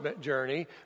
journey